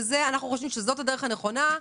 אנחנו חושבים שזאת הדרך הנכונה,